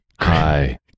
Hi